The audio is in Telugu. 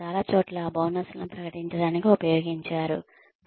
చాలా చోట్ల బోనస్లను ప్రకటించడానికి ఉపయోగించారు